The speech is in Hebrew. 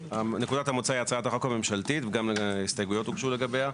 נקודת המוצא היא הצעת החוק הממשלתית וגם ההסתייגויות הוגשו לגביה.